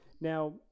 Now